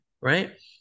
right